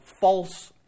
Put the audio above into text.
false